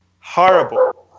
horrible